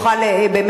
אני אוכל באמת,